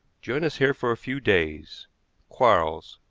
join us here for a few days quarles,